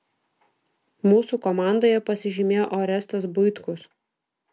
mūsų komandoje pasižymėjo orestas buitkus